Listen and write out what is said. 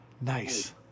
Nice